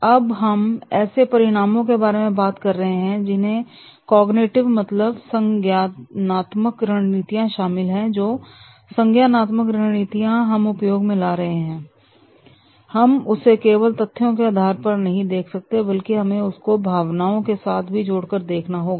अब हम ऐसे परिणामों के बारे में बात कर रहे हैं जिनमें कॉग्निटिव मतलब संज्ञानात्मक रणनीतियां शामिल है जो संज्ञानात्मक रणनीतियां हम उपयोग में ला रहे हैं हम उसे केवल तथ्यों के आधार पर नहीं देख सकते बल्कि हमें उसे भावनाओं के साथ भी जोड़ कर देखना होगा